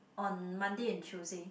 on Monday and Tuesday